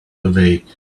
awake